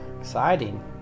Exciting